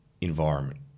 environment